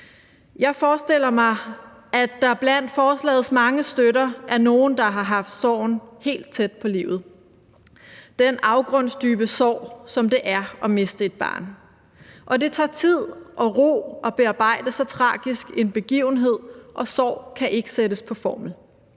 Jeg forestiller mig, at der blandt forslagets mange støtter er nogle, der har haft sorgen helt tæt på livet: den afgrundsdybe sorg, som det er at miste et barn. Det tager tid og ro at bearbejde så tragisk en begivenhed, og sorg kan ikke sættes på formel.